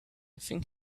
think